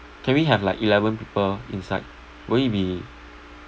can we have like eleven people inside will it be